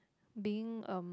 being